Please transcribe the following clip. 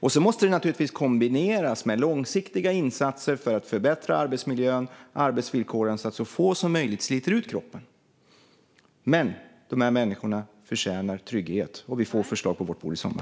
Det måste naturligtvis kombineras med långsiktiga insatser för att förbättra arbetsmiljön och arbetsvillkoren så att så få som möjligt sliter ut kroppen. De här människorna förtjänar trygghet, och vi får förslag på vårt bord i sommar.